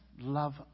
love